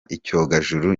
icyogajuru